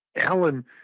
Alan